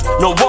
no